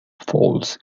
falls